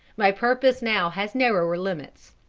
my purpose now has narrower limits.